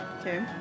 Okay